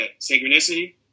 Synchronicity